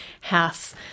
house